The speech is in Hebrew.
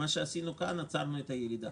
כאן עצרנו את הירידה